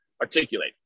articulate